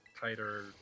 tighter